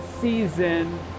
season